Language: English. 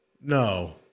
No